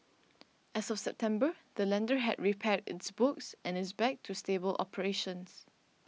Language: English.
as of September the lender had repaired its books and is back to stable operations